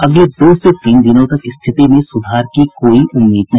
अगले दो से तीन दिनों तक स्थिति में सुधार की कोई उम्मीद नहीं